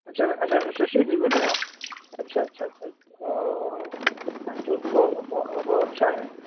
اچھا اچھا ششید بھی بنے گا اچھا اچھا اچھا اوہ ہاں تو او تو بہت اچھا ہے